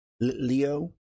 Leo